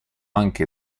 anche